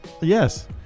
Yes